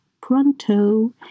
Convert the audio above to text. pronto